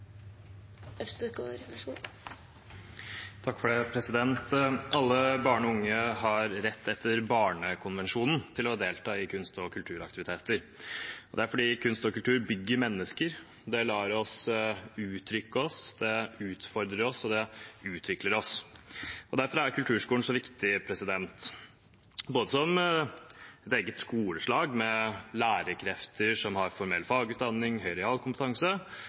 fordi kunst og kultur bygger mennesker. Det lar oss uttrykke oss, det utfordrer oss, og det utvikler oss. Derfor er kulturskolen så viktig – både som et eget skoleslag med lærerkrefter som har formell fagutdanning og høy realkompetanse,